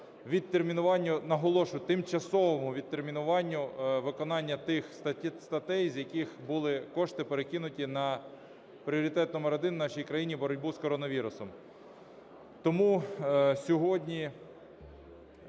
наголошую, тимчасовому відтермінуванню виконання тих статей, з яких були кошті перекинуті на пріоритет номер один в нашій країні – боротьбу з коронавірусом. Тому сьогодні